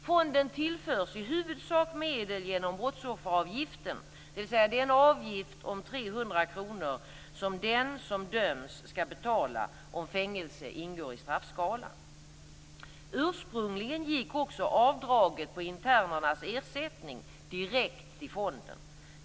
Fonden tillförs i huvudsak medel genom brottsofferavgiften, dvs. den avgift om 300 kr som den som döms skall betala om fängelse ingår i straffskalan. Ursprungligen gick också avdraget på internernas ersättning direkt till fonden.